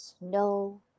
no